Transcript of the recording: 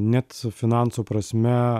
net finansų prasme